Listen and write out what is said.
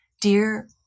dear